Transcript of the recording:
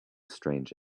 strange